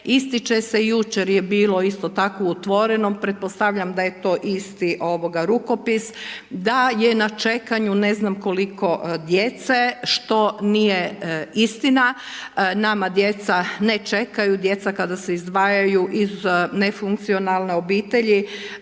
ističe se, jučer je bilo isto tako u Otvorenom, pretpostavljam da je to isti rukopis, da je na čekanju ne znam koliko djece, što nije istina, nama djeca ne čekaju, djeca kada se izdvajaju iz nefunkcionalne obitelji,